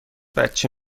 بچه